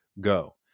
go